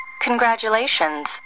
Congratulations